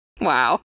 Wow